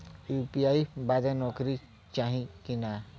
UPI बदे नौकरी चाही की ना?